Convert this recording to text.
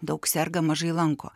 daug serga mažai lanko